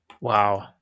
Wow